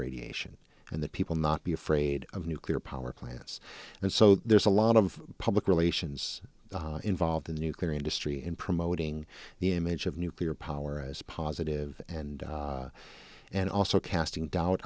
radiation and that people not be afraid of nuclear power plants and so there's a lot of public relations involved in the nuclear industry in promoting the image of nuclear power as positive and and also casting doubt